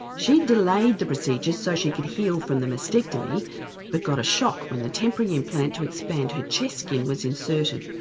she'd delayed the procedure so she could heal from the mastectomy but got a shock when the temporary implant to expand her chest skin was inserted.